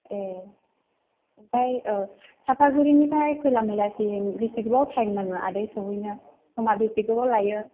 ए ओमफ्राय साफागुरिनिफ्राय खैला मैलासिम बेसे गोबाव थाइम नाङो आदै सहैनो समा बेसे गोबाव लायो